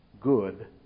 good